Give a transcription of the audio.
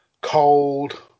cold